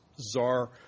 Czar